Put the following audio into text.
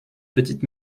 petite